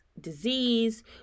disease